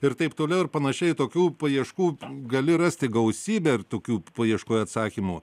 ir taip toliau ir panašiai ir tokių paieškų gali rasti gausybę ir tokių paieškoj atsakymų